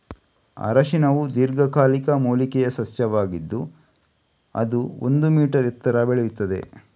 ಅರಿಶಿನವು ದೀರ್ಘಕಾಲಿಕ ಮೂಲಿಕೆಯ ಸಸ್ಯವಾಗಿದ್ದು ಅದು ಒಂದು ಮೀ ಎತ್ತರ ಬೆಳೆಯುತ್ತದೆ